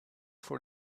for